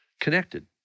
connected